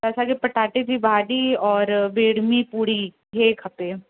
त असांखे पटाटे जी भाॼी और बेडमी पूड़ी हीअ खपे